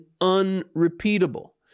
unrepeatable